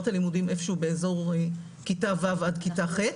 את הלימודים איפה שהוא באזור כיתה ו' עד כיתה ח',